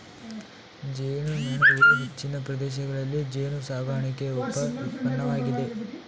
ಜೇನುಮೇಣವು ಹೆಚ್ಚಿನ ಪ್ರದೇಶಗಳಲ್ಲಿ ಜೇನುಸಾಕಣೆಯ ಉಪ ಉತ್ಪನ್ನವಾಗಿದೆ